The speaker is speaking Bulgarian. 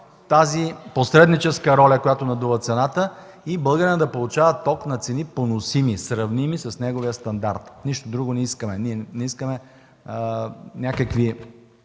тази посредническа роля, която надува цената и българинът да получава ток на цени – поносими, сравними с неговия стандарт. Нищо друго не искаме! Не искаме чудеса